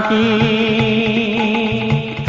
e